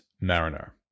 Mariner